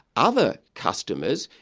other customers,